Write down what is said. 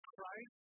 Christ